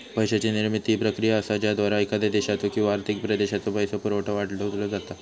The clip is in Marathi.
पैशाची निर्मिती ही प्रक्रिया असा ज्याद्वारा एखाद्या देशाचो किंवा आर्थिक प्रदेशाचो पैसो पुरवठा वाढवलो जाता